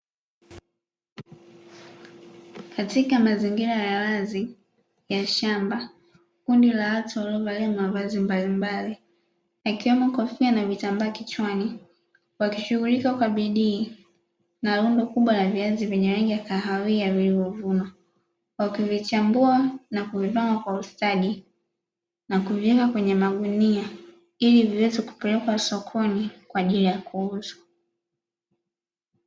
Katika mazingira ya wazi la shamba kundi la watu waliovalia mavazi mbalimbali ikiwemo kofia na vitambaa kichwani wakishughulika kwa bidii na lundo kubwa la viazi vyenye rangi ya kahawia vilivyovunwa, wakivichambua na kuvipanga kwa ustadi na kuviweka kwenye magunia ili viweze kipelekwa sokoni kwa ajili ya kuuzwa.